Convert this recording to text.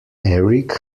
erik